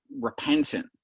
repentant